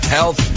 Health